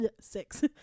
six